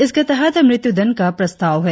इसके तहत मृत्युदंड का प्रस्ताव है